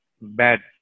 bad